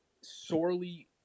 sorely